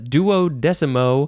Duodecimo